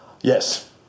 Yes